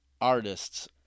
artists